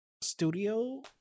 studio